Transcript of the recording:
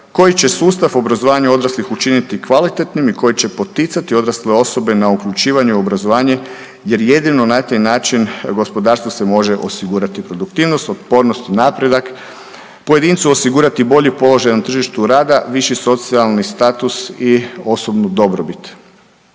koji će sustav obrazovanja odraslih učiniti kvalitetnim i koji će poticati odrasle osobe na uključivanje u obrazovanje jer jedino na taj način gospodarstvu se može osigurati produktivnost, otpornost i napredak, pojedincu osigurati bolji položaj na tržištu rada, viši socijalni status i osobnu dobrobit.